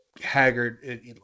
Haggard